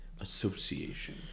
Association